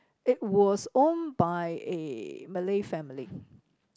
it was owned by a Malay family